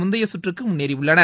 முந்தைய சுற்றுக்கு முன்னேறியுள்ளனர்